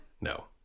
No